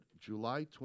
July